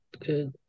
good